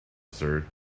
sir